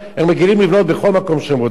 הם רגילים לבנות בכל מקום שהם רוצים.